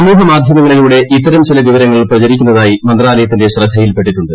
സമൂഹമാധ്യമങ്ങളിലൂടെ ഇത്തരം ചില വിവരങ്ങൾ പ്രചരിക്കുന്നതായി മന്ത്രാലയത്തിന്റെ ശ്രദ്ധയിൽപ്പെട്ടിട്ടുണ്ട്